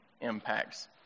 impacts